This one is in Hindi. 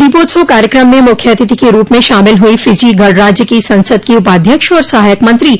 दीपोत्सव कार्यक्रम में मुख्य अतिथि के रूप में शामिल हुई फिजी गणराज्य की संसद की उपाध्यक्ष और सहायक मंत्री